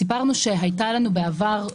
סיפרנו שהייתה לנו בעבר,